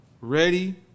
ready